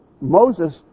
Moses